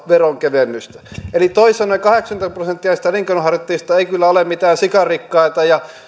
veronkevennystä eli toisin sanoen kahdeksankymmentä prosenttia niistä elinkeinonharjoittajista ei kyllä ole mitään sikarikkaita